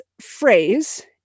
phrase